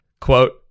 quote